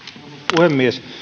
puhemies